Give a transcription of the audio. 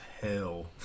hell